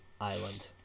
island